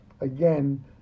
again